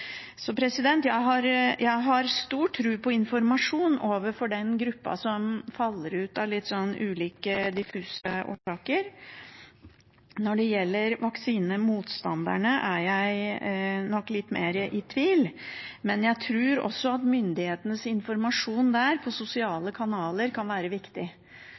Jeg har stor tro på informasjon overfor den gruppa som faller ut av litt ulike, diffuse årsaker. Når det gjelder vaksinemotstanderne, er jeg nok litt mer i tvil, men jeg tror at myndighetenes informasjon på sosiale kanaler kan være viktig,